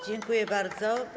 Dziękuję bardzo.